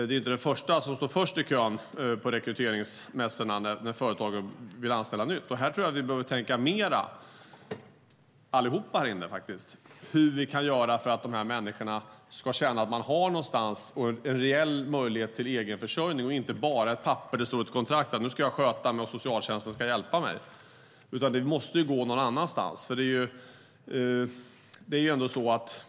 Det är inte den som står först i kön på rekryteringsmässorna när företag vill anställa nytt. Här behöver vi tänka mer, allihop här inne, vad vi kan göra för att de här människorna ska känna att de har en reell möjlighet till egen försörjning, inte bara ett papper, ett kontrakt där det står att de ska sköta sig och socialtjänsten ska hjälpa dem.